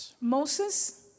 Moses